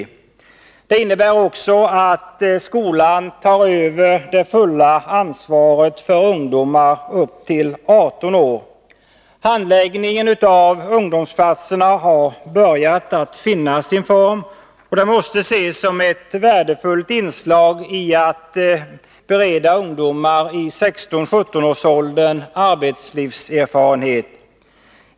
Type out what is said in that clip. Förslaget innebär också att skolan tar över det fulla ansvaret för ungdomar upp till 18 år. Handläggningen av ungdomsplatserna har börjat finna sin form, och de måste ses som ett värdefullt inslag i ansträngningarna att bereda ungdomar i 16-17-års åldern arbetslivserfarenhet.